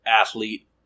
athlete